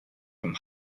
from